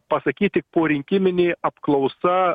pasakyt tik porinkiminė apklausa